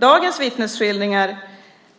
Dagens vittnesskildringar